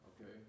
okay